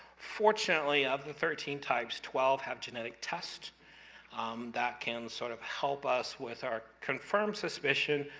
fortunately, of the thirteen types, twelve have genetic tests that can sort of help us with our confirmed suspicions.